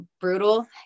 brutal